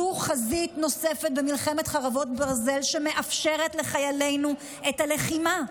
זו חזית נוספת במלחמת חרבות ברזל שמאפשרת לחיילינו את הלחימה.